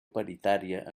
paritària